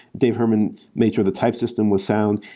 dave herman made sure the type system was sound.